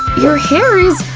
your hair is,